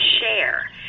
share